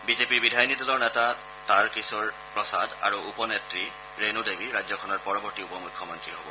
বিজেপিৰ বিধায়িনী দলৰ নেতা তাৰকিশোৰ প্ৰসাদ আৰু উপ নেত্ৰী ৰেণু দেৱী ৰাজ্যখনৰ পৰৱৰ্ত্তী উপ মখ্যমন্ত্ৰী হ'ব